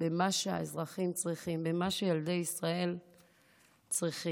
שהאזרחים צריכים, במה שילדי ישראל צריכים.